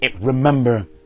remember